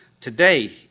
today